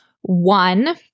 One